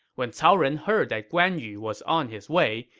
when cao ren heard that guan yu was on his way,